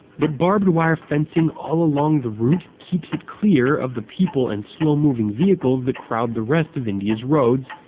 but barbed wire fencing all along the route keeps it clear of the people and slow-moving vehicles that crowd the rest of india's roads,